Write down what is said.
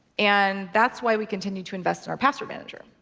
and that's why we continue to invest in our password manager.